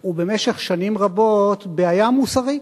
הוא במשך שנים רבות בעיה מוסרית.